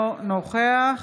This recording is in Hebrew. אינו נוכח